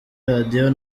radio